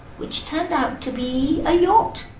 which turned out to be a yacht.